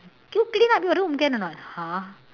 can you clean up your room can or not !huh!